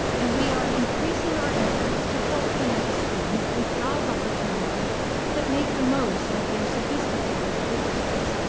and we are increasing our efforts to help connect students with job opportunities that make the most of their sophisticated abilities.